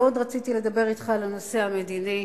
מאוד רציתי לדבר אתך על הנושא המדיני.